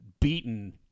beaten